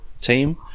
team